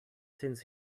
since